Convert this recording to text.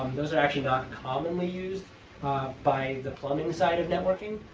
um those are actually not commonly used by the plumbing side of networking,